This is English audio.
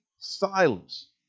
silence